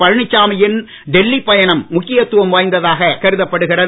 பழனிசாமியின் டெல்லி பயணம் முக்கியத்துவம் வாய்ந்ததாக கருதப்படுகிறது